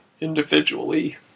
individually